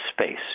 space